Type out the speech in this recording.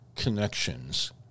Connections